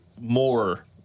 more